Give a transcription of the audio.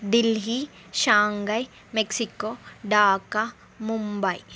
Delhi Shanghai Mexico Dhaka Mumbai